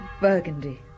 Burgundy